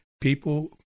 People